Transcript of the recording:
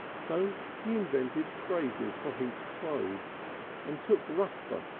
so he invented phrases for hinks' clothes and took rusper,